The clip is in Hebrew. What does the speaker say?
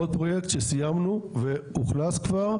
עוד פרויקט שסיימנו ואוכלס כאן,